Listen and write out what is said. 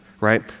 right